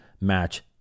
match